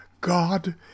God